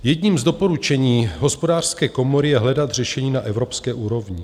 Jedním z doporučení Hospodářské komory je hledat řešení na evropské úrovni.